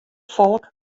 folk